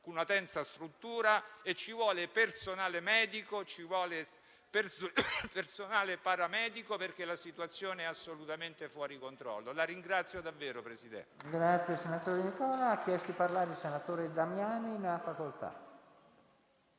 una tensostruttura, e ci vuole personale medico e paramedico, perché la situazione è assolutamente fuori controllo. La ringrazio davvero, signor Presidente.